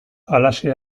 halaxe